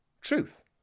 truth